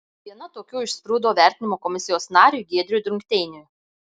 viena tokių išsprūdo vertinimo komisijos nariui giedriui drukteiniui